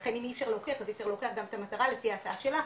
ולכן אם אי אפשר להוכיח אז אי אפשר להוכיח גם את המטרה לפי ההצעה שלך.